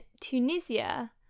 Tunisia